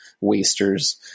wasters